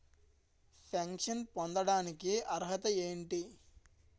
Pension పొందడానికి అర్హత ఏంటి?